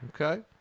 Okay